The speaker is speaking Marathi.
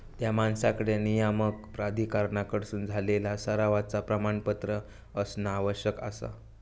त्या माणसाकडे नियामक प्राधिकरणाकडसून इलेला सरावाचा प्रमाणपत्र असणा आवश्यक आसा